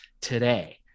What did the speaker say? today